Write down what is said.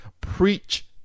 preach